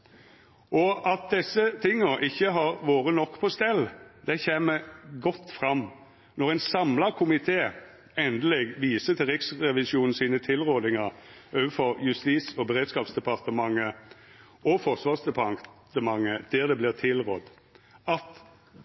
kostnader.» At desse tinga ikkje har vore nok på stell, kjem godt fram når ein samla komité endeleg viser til Riksrevisjonen sine tilrådingar overfor Justis- og beredskapsdepartementet og Forsvarsdepartementet, der det vert tilrådd at